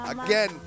Again